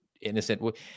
innocent